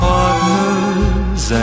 Partners